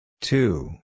Two